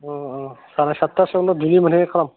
अ अ दा सारे सात्तासोआवनो मोनहैनाय खालाम